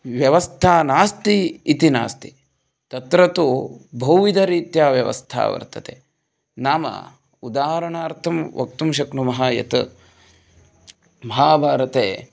व्यवस्था नास्ति इति नास्ति तत्र तु बहुविधरीत्या व्यवस्था वर्तते नाम उदाहरणार्थं वक्तुं शक्नुमः यत् महाभारते